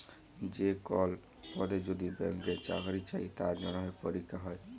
যে কল পদে যদি ব্যাংকে চাকরি চাই তার জনহে পরীক্ষা হ্যয়